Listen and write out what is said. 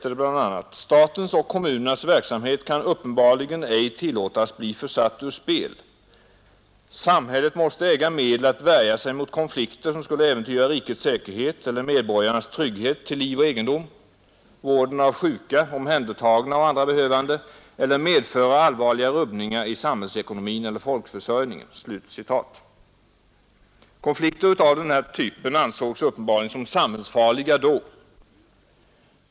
Det står bl.a.: ”Statens och kommunernas verksamhet kan uppenbarligen ej tillåtas bli försatt ur spel. Samhället måste äga medel att värja sig mot konflikter, som skulle äventyra rikets säkerhet eller medborgarnas trygghet till liv och egendom, vården av sjuka, omhändertagna och andra behövande eller medföra allvarliga rubbningar i samhällsekonomin eller folkförsörjningen.” Konflikter av den typen ansågs uppenbarligen som samhällsfarliga då.